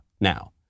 now